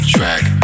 track